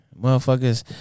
motherfuckers